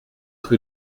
rue